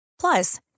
Plus